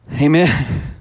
Amen